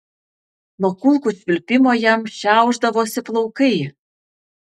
nuo kulkų švilpimo jam šiaušdavosi plaukai